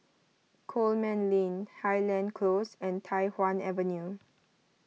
Coleman Lane Highland Close and Tai Hwan Avenue